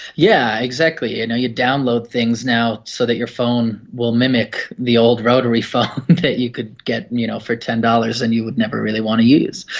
yeah exactly. you know you download things now so that your phone will mimic the old rotary phone that you could get you know for ten dollars and that you would never really want to use.